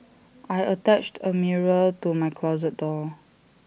I attached A mirror to my closet door